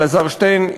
אלעזר שטרן,